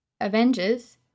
Avengers